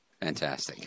Fantastic